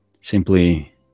simply